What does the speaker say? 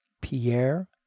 Pierre